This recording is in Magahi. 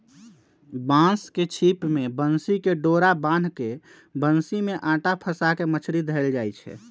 बांस के छिप में बन्सी कें डोरा बान्ह् के बन्सि में अटा फसा के मछरि धएले जाइ छै